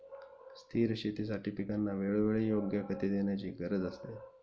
स्थिर शेतीसाठी पिकांना वेळोवेळी योग्य खते देण्याची गरज असते